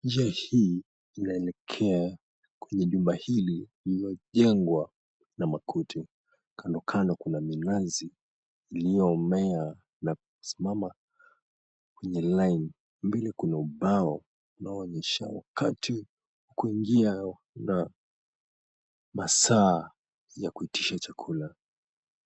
Njia hii inaelekea kwenye jumba hili lililojengwa na makuti. Kando kando Kuna minazi iliyomea na kusimama kwenye laini. Mbele Kuna ubao unaonyesha wakati kuingia na kuitisha chakula.